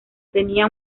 tenía